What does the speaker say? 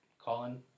Colin